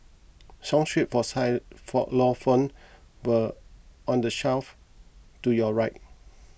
song sheets for but on the shelf to your right